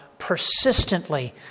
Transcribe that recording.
persistently